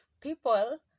People